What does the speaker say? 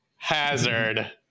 Hazard